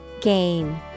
Gain